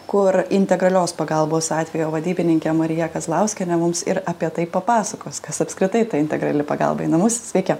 kur integralios pagalbos atvejo vadybininkė marija kazlauskienė mums ir apie tai papasakos kas apskritai ta integrali pagalba į namus sveiki